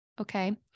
Okay